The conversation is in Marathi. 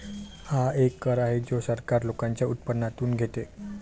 हा एक कर आहे जो सरकार लोकांच्या उत्पन्नातून घेते